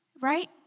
Right